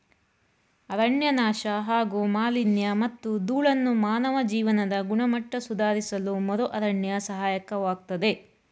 ಅರಣ್ಯನಾಶ ಹಾಗೂ ಮಾಲಿನ್ಯಮತ್ತು ಧೂಳನ್ನು ಮಾನವ ಜೀವನದ ಗುಣಮಟ್ಟ ಸುಧಾರಿಸಲುಮರುಅರಣ್ಯ ಸಹಾಯಕವಾಗ್ತದೆ